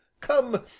come